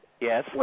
Yes